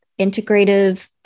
integrative